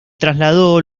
trasladó